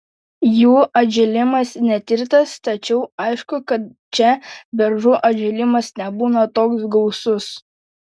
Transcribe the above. jų atžėlimas netirtas tačiau aišku kad čia beržų atžėlimas nebūna toks gausus